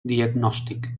diagnòstic